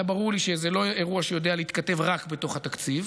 היה ברור לי שזה לא אירוע שיודע להתכתב רק בתוך התקציב,